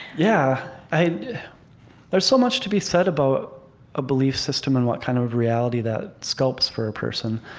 yeah, i there's so much to be said about a belief system and what kind of reality that sculpts for a person.